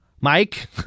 mike